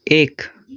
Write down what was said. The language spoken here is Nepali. एक